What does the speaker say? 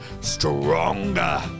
stronger